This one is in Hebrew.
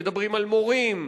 מדברים על מורים,